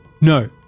No